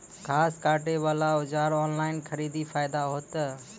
घास काटे बला औजार ऑनलाइन खरीदी फायदा होता?